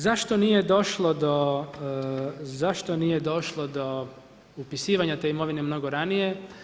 Zašto nije došlo do upisivanja te imovine mnogo ranije?